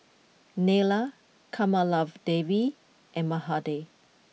Neila Kamaladevi and Mahade